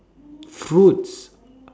fruits